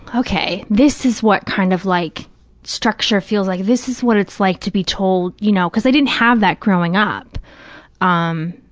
okay, this is what kind of like structure feels like, this is what it's like to be told, you know, because i didn't have that growing up um